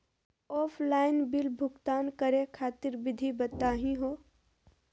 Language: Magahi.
ऑफलाइन बिल भुगतान करे खातिर विधि बताही हो?